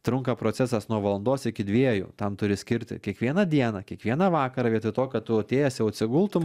trunka procesas nuo valandos iki dviejų tam turi skirti kiekvieną dieną kiekvieną vakarą vietoj to kad tu atėjęs jau atsigultum